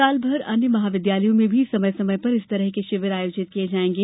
सालभर अन्य महाविद्यालयों में भी समय समय पर इस तरह के शिविर आयोजित किये जायेंगे